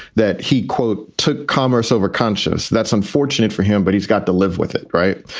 that he, quote, took commerce over conscious. that's unfortunate for him. but he's got to live with it. right.